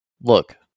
Look